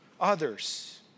others